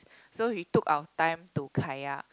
so we took our time to kayak